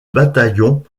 bataillon